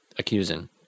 accusing